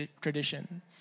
tradition